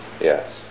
Yes